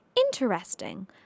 Interesting